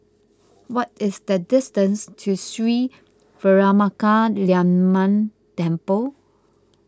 what is the distance to Sri Veeramakaliamman Temple